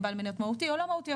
אם בעל מניות מהותי או לא מהותי,